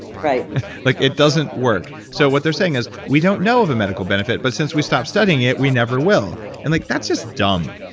like it doesn't work. so what they're saying is we don't know of a medical benefit. but since we stopped studying it, we never will. and like that's just dumb.